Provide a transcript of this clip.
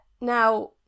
Now